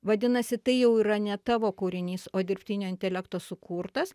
vadinasi tai jau yra ne tavo kūrinys o dirbtinio intelekto sukurtas